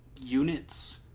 units